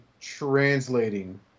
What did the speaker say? translating